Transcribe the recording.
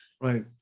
right